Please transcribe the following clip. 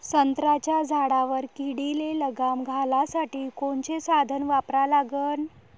संत्र्याच्या झाडावर किडीले लगाम घालासाठी कोनचे साधनं वापरा लागन?